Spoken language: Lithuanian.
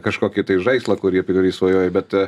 kažkokį tai žaislą kurį apie kurį svajojai bet